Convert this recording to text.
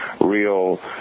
real